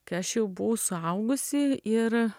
kai aš jau buvau suaugusi ir